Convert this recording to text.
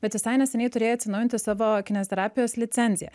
bet visai neseniai turėjai atsinaujinti savo kineziterapijos licenziją